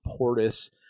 Portis